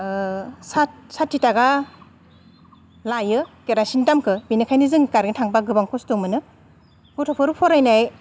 सात साथि थाखा लायो केरासिन दामखो बिनिखायनो जों कारेन्ट थांब्ला गोबां खस्थ' मोनो गथ'फोर फरायनाय